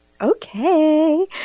Okay